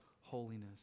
holiness